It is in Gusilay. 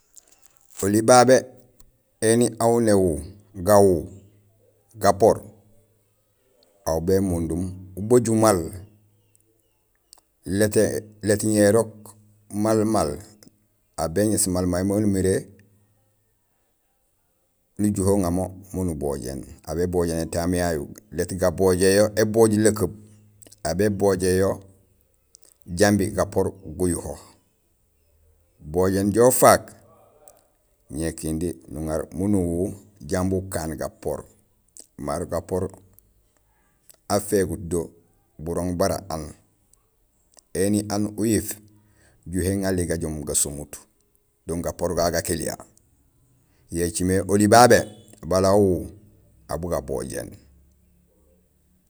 Oli babé éni aw on néwu, gawu gapoor, aw bémundum ubajul maal lét érok maal maal, aw béŋéés may maal maan umiré nujuhé uŋa mo miin ubojéén. A w bébojéén étaaam yayu, lét gabojéén yo ébooj lekeeb, wa bébojéén yo jambi gapoor guyuho; ubojéén injo ufaak ñé kindi nuŋar miin uwu jambi ukaan gapoor marok gapoor afégut do burooŋ bara aan; éni aan uyiif juhé ganli gajoom gasomut do gapoor gagu gakiliya. Yo écimé oli babé bala uwu aw bugabojéén.